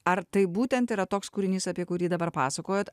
ar tai būtent yra toks kūrinys apie kurį dabar pasakojat